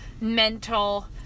mental